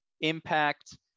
impact